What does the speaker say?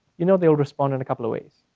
you know they'll respond in a couple of ways.